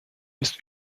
ist